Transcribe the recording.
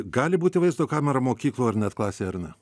gali būti vaizdo kamera mokykloje ar net klasėje ar ne